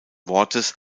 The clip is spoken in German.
wortes